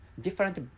different